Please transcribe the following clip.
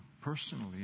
personally